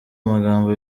amagambo